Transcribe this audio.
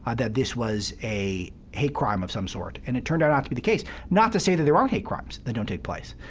ah that this was a hate crime of some sort. and it turned out not to be the case. not to say that there aren't hate crimes that don't take place,